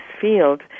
field